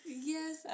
yes